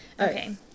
Okay